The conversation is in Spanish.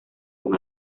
con